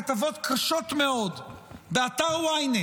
כתבות קשות מאוד באתר ynet